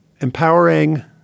empowering